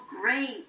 great